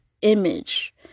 image